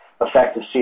effective